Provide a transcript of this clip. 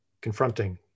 confronting